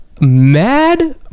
mad